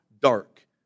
dark